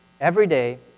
everyday